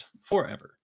forever